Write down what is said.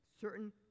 certain